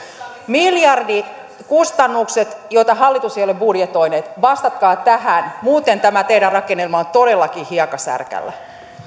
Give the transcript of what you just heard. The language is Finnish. miljardikustannukset joita hallitus ei ole budjetoinut vastatkaa tähän muuten tämä teidän rakennelma on todellakin hiekkasärkällä